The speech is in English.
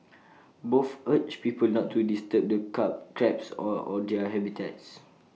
both urged people not to disturb the crabs or their habitats